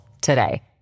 today